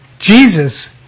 Jesus